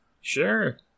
Sure